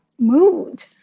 mood